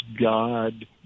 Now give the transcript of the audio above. God